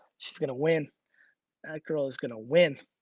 she's gonna win. that girl is gonna win.